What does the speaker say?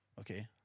okay